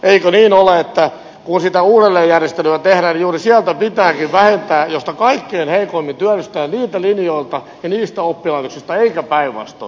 eikö niin ole että kun sitä uudelleenjärjestelyä tehdään niin juuri sieltä pitääkin vähentää josta kaikkein heikoimmin työllistytään niiltä linjoilta ja niistä oppilaitoksista eikä päinvastoin